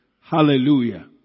Hallelujah